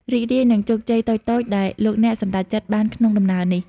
រីករាយនឹងជោគជ័យតូចៗដែលលោកអ្នកសម្រេចបានក្នុងដំណើរនេះ។